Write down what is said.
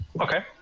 Okay